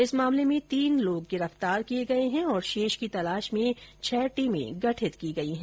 इस मामले में तीन व्यक्ति गिरफ्तार किये गये है और शेष की तलाश में छह टीमें गठित की गई हैं